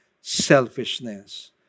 selfishness